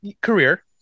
career